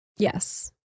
Yes